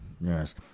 Yes